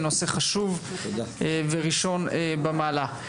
נושא חשוב וראשון במעלה.